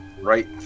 right